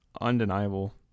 undeniable